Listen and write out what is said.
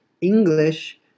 English